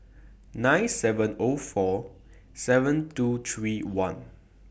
nine seven O four seven two three one